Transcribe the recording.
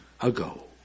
ago